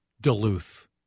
Duluth